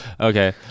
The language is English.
okay